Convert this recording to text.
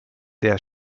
der